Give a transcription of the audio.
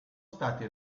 stati